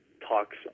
talks